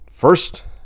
First